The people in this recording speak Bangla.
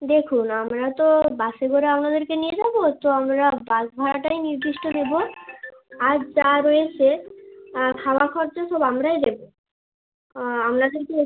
দেখুন আমরা তো বাসে করে আপনাদেরকে নিয়ে যাবো তো আমরা বাস ভাড়াটাই নির্দিষ্ট নেবো আর যা রয়েছে খাওয়া খরচা সব আমরাই দেবো আমরা কিন্তু